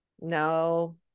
no